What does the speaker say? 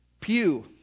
pew